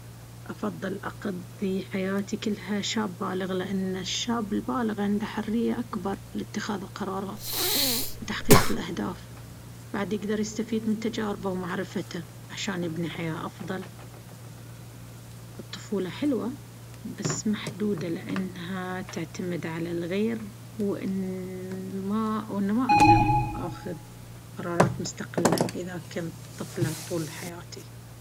أفضل أقضي حياتي كلها شاب بالغ. لأن الشاب البالغ عنده حرية أكبر لاتخاذ القرارات وتحقيق الأهداف. بعد، يقدر يستفيد من تجاربه ومعرفته عشان يبني حياة أفضل. الطفولة حلوة، بس محدودة لأنها تعتمد على الغير وانما - وان ما اقدر آخذ قرارات مستقلة إذا كنت طفلة طول حياتي.